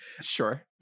sure